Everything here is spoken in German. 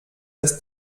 das